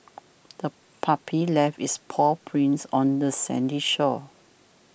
the puppy left its paw prints on the sandy shore